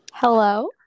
Hello